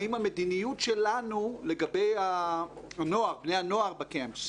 האם המדיניות שלנו לגבי בני הנוער במחנות,